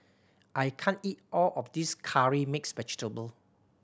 I can't eat all of this Curry Mixed Vegetable